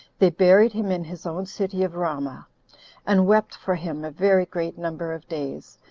they buried him in his own city of ramah and wept for him a very great number of days,